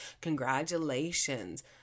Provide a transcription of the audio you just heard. Congratulations